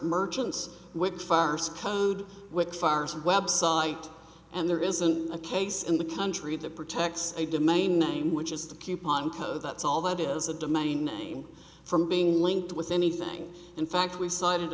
merchants with fires code with fires website and there isn't a case in the country that protects a did main name which is the coupon code that's all that is a demanding name from being linked with anything in fact we cited